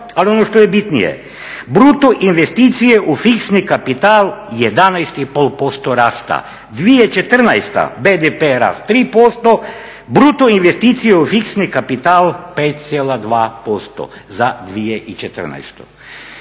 ali ono što je bitnije "bruto investicije u fiksni kapital 11,5% rasta. 2014. BDP rast 3%, bruto investicije u fiksni kapital 5,2% za 2014."